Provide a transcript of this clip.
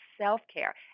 self-care